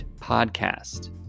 podcast